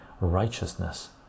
righteousness